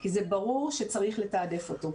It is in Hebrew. כי זה ברור שצריך לתעדף אותו.